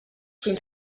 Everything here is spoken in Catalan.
fins